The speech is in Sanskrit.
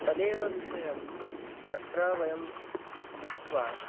तदेव विषयम् अत्र वयं दृष्ट्वा